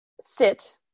sit